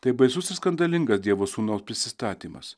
tai baisus ir skandalingas dievo sūnaus prisistatymas